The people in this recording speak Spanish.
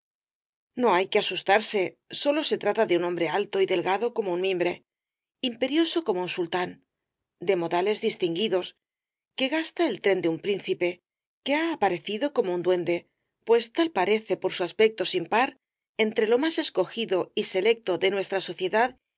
no hay que asustarse sólo se trata de un hombre alto y delgado como un mimbre imperioso como un sultán de modales distinguidos que gasta el tren de un príncipe que ha aparecido como un duende pues tal parece por su aspecto sin par entre lo más escogido y selecto de nuestra sociedad